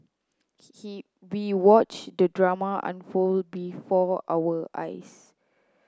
we watched the drama unfold before our eyes